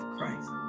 Christ